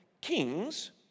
Kings